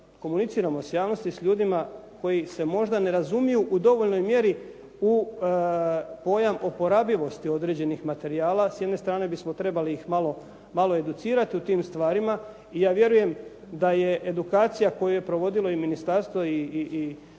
komuniciramo sa javnosti sa ljudima koji se možda ne razumiju u dovoljnoj mjeri u pojam oporabivosti određenih materijala, s jedne strane bismo trebali ih malo educirati u tim stvarima. I ja vjerujem da je edukacija koju je provodilo i ministarstvo i svi ostali,